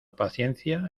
paciencia